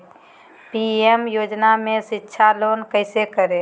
PM योजना में शिक्षा लोन कैसे करें?